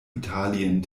italien